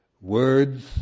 words